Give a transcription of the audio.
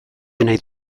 nahi